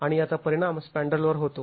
आणि याचा परिणाम स्पँड्रेलवर होतो